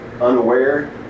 unaware